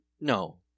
No